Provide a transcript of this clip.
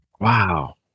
wow